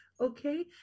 okay